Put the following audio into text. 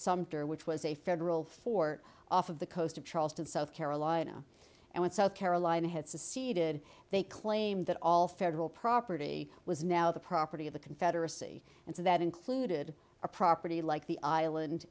sumter which was a federal fort off of the coast of charleston south carolina and south carolina has a seated they claimed that all federal property was now the property of the confederacy and so that included a property like the island